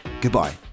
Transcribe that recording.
goodbye